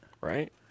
right